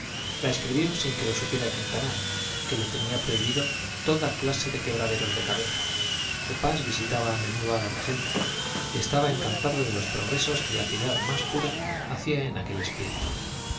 la escribió sin que lo supiera quintanar que le tenía prohibidos toda clase de quebraderos de cabeza de pas visitaba a menudo a la regenta y estaba encantado de los progresos que la piedad más pura hacía en aquel espíritu